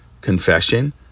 confession